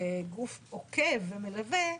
כגוף עוקב ומלווה,